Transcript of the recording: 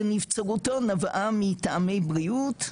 שנבצרותו נבעה מטעמי בריאות,